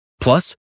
Plus